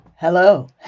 Hello